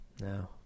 no